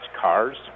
Cars